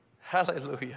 hallelujah